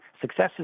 successes